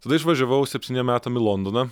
tada išvažiavau septyniem metam į londoną